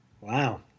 Wow